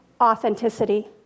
authenticity